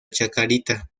chacarita